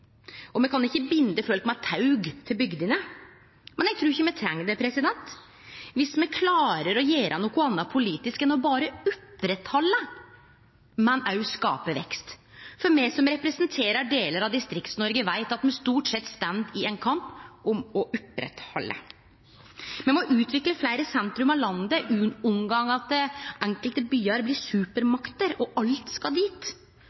og me kan ikkje binde folk med tau til bygdene, men eg trur ikkje me treng det dersom me klarer å gjere noko anna politisk enn berre å oppretthalde. Me må også skape vekst. Me som representerer delar av Distrikts-Noreg, veit at me stort sett står i ein kamp om å oppretthalde. Me må utvikle fleire sentrum av landet og unngå at enkelte byar blir supermakter, og at alt skal dit.